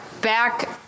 back